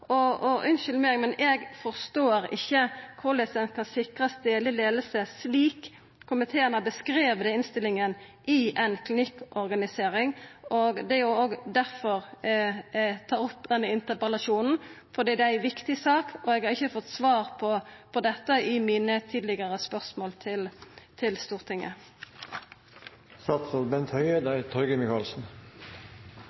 meg, men eg forstår ikkje korleis ein skal sikra stadleg leiing slik komiteen har beskrive det i innstillinga, i ei klinikkorganisering. Det er òg difor eg tar opp denne interpellasjonen. Det er ei viktig sak, og eg har ikkje fått svar på dette i mine tidlegare spørsmål til Stortinget.